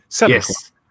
Yes